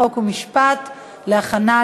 חוק ומשפט נתקבלה.